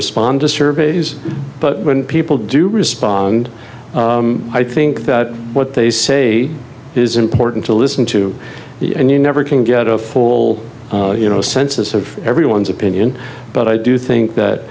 respond to surveys but when people do respond i think that what they say is important to listen to the and you never can get a full you know census of everyone's opinion but i do think that